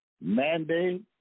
Mandate